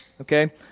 Okay